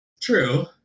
True